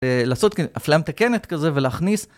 לעשות הפליה תקנת כזה ולהכניס.